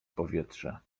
powietrze